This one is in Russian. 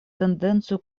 тенденцию